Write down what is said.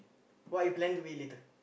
what you plan to eat later